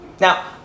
Now